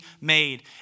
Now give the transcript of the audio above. made